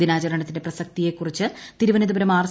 ദിനാചരണത്തിന്റെ പ്രസക്തിയെക്കുറിച്ച് തിരുവനന്തപുരം ആർ